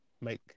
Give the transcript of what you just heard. make